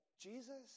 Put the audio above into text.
Jesus